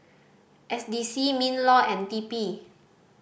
S D C MinLaw and T P